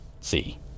See